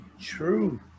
true